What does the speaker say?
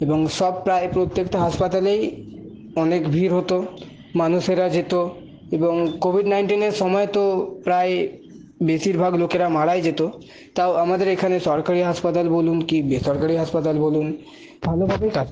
এবং সব প্রায় প্রত্যেকটা হাসপাতালেই অনেক ভিড় হত মানুষেরা যেত এবং কোভিড নাইন্টিনের সময় তো প্রায় বেশিরভাগ লোকেরা মারাই যেত তাও আমাদের এখানে সরকারি হাসপাতাল বলুন কি বেসরকারি হাসপাতাল বলুন ভালোভাবেই কাজ করেছে